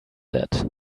that